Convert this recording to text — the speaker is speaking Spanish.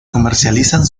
comercializan